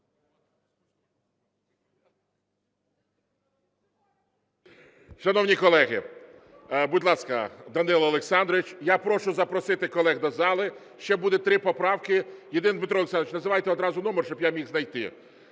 Дмитро Олександрович, називайте одразу номер, щоб я міг знайти.